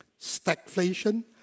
stagflation